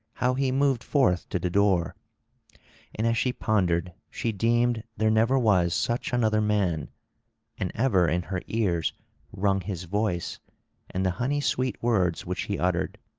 how he moved forth to the door and as she pondered she deemed there never was such another man and ever in her ears rung his voice and the honey-sweet words which he uttered.